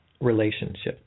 relationships